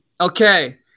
Okay